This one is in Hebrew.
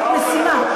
זאת משימה.